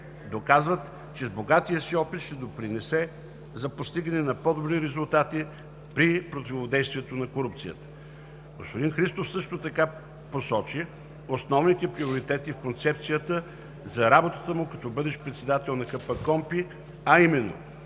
доказват, че с богатия си опит ще допринесе за постигането на по-добри резултати при противодействието на корупцията. Господин Христов също така посочи основните приоритети в концепцията за работата му като бъдещ председател на КПКОНПИ, а именно: